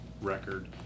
record